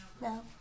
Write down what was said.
no